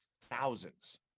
thousands